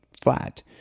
flat